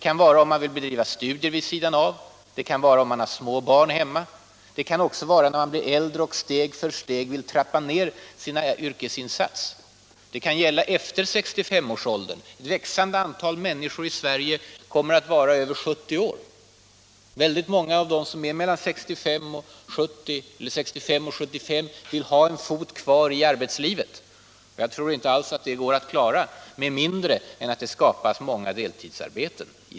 Man vill kanske bedriva studier vid sidan av sitt arbete eller har måhända små barn hemma. Man kan också, när man blir äldre, vilja trappa ner sin yrkesinsats steg för steg. Det kan inträffa efter 65-årsåldern. Ett växande antal människor i Sverige kommer att vara över 65 år. Många människor mellan 65 och 70 år kommer att vilja ha en fot kvar i arbetslivet, och jag tror inte att det kommer att kunna klaras med mindre än att det skapas många deltidsarbeten.